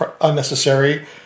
unnecessary